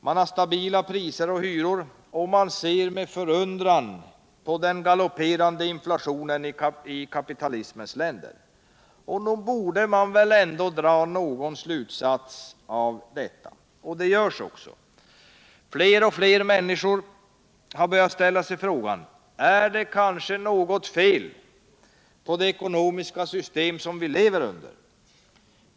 Man har stabila priser och hyror och ser med förundran på den galopperande inflationen i kapitalismens länder. Nog borde man väl ändå dra någon slutsats av detta — och det görs också. Allt fler människor har börjat ställa sig frågan: Är det kanske något fel på det ekonomiska system som vi lever i?